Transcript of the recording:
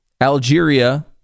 algeria